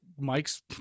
Mike's